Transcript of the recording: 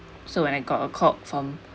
so when I got a called from